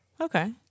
Okay